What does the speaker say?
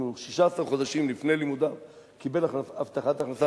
אם 16 חודשים מתוך 20 חודשים לפני לימודיו הוא קיבל הבטחת הכנסה,